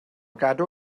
gadw